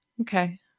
Okay